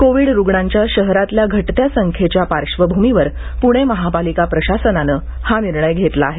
Covid रुग्णांच्या शहरातल्या घटत्या संख्येच्या पार्श्वभूमीवर प्णे महापालिका प्रशासनानं हा निर्णय घेतला आहे